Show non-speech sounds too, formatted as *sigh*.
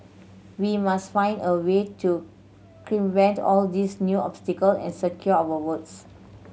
we must find a way to *unintelligible* vent all these new obstacle and secure our votes